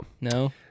No